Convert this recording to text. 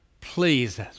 Please